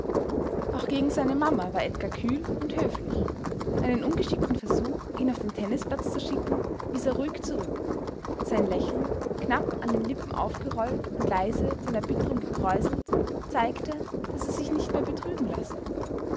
auch gegen seine mama war edgar kühl und höflich einen ungeschickten versuch ihn auf den tennisplatz zu schicken wies er ruhig zurück sein lächeln knapp an den lippen aufgerollt und leise von erbitterung gekräuselt zeigte daß er sich nicht mehr betrügen lasse